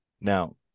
now